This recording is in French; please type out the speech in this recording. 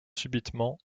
subitement